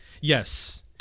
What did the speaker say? Yes